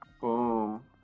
Boom